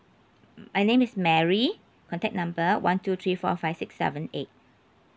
mm my name is mary contact number one two three four five six seven eight